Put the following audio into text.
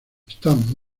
están